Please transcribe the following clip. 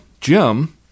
Jim